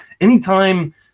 Anytime